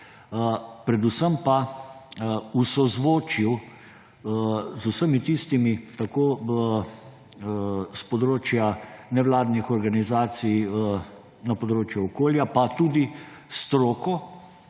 predvsem pa v sozvočju z vsemi, tako s področja nevladnih organizacij na področju okolja pa tudi s stroko,